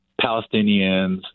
Palestinians